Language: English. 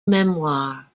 memoir